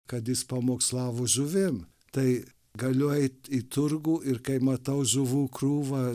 kad jis pamokslavo žuvim tai galiu eit į turgų ir kai matau žuvų krūvą